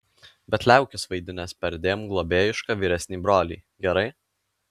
bet liaukis vaidinęs perdėm globėjišką vyresnį brolį gerai